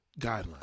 guidelines